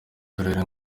turere